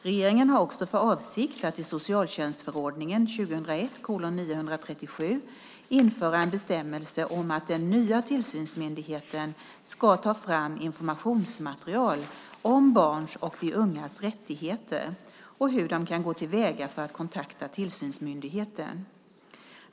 Regeringen har också för avsikt att i socialtjänstförordningen införa en bestämmelse om att den nya tillsynsmyndigheten ska ta fram informationsmaterial om barns och ungas rättigheter och hur de kan gå till väga för att kontakta tillsynsmyndigheten.